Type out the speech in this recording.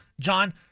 John –